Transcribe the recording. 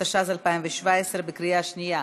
התשע"ז 2017, בקריאה שנייה